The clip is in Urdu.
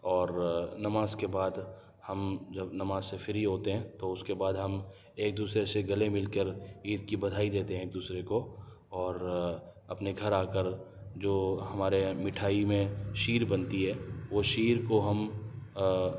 اور نماز کے بعد ہم جب نماز سے فری ہوتے ہیں تو اس کے بعد ہم ایک دوسرے سے گلے مل کر عید کی بدھائی دیتے ہیں ایک دوسرے کو اور اپنے گھر آ کر جو ہمارے میٹھائی میں شیر بنتی ہے وہ شیر کو ہم